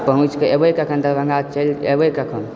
पहुँचके एबय कखन दरभङ्गा एबय कखन